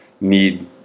need